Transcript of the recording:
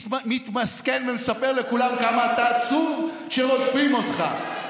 מתמסכן ומספר לכולם כמה אתה עצוב שרודפים אותך.